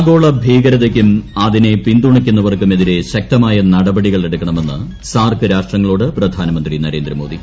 ആഗോള ഭീകരതയ്ക്കും അതിനെ പിന്തുണക്കുന്നവർക്കും എതിരെ ശക്തമായ നടപടികൾ എടുക്കണമെന്ന് സാർക്ക് രാഷ്ട്രങ്ങളോട് പ്രധാനമന്ത്രി നരേന്ദ്രമോദി